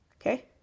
Okay